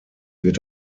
wird